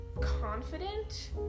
confident